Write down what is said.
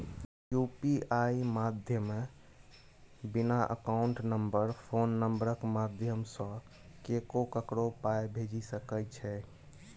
UPI माध्यमे बिना account number phone नंबरक माध्यमसँ केओ ककरो पाइ भेजि सकै छै